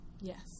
Yes